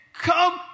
Come